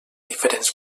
diferents